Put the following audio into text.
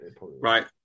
right